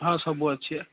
ହଁ ସବୁ ଅଛି ଆ